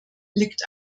liegt